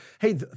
Hey